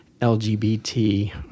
LGBT